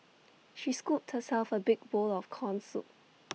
she scooped herself A big bowl of Corn Soup